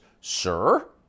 Sir